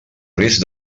risc